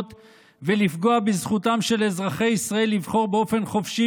ולפגוע בזכותם של אזרחי ישראל לבחור באופן חופשי